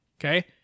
Okay